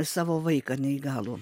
savo vaiką neįgalų